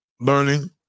learning